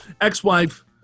ex-wife